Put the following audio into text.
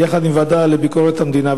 יחד עם הוועדה לביקורת המדינה,